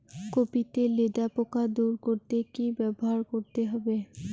Copy তে লেদা পোকা দূর করতে কি ব্যবহার করতে হবে?